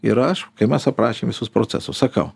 ir aš kai mes aprašėm visus procesus sakau